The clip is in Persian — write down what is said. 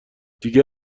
دیگه